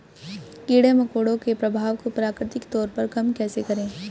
कीड़े मकोड़ों के प्रभाव को प्राकृतिक तौर पर कम कैसे करें?